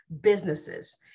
businesses